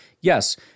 Yes